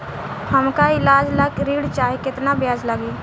हमका ईलाज ला ऋण चाही केतना ब्याज लागी?